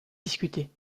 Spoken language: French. discuter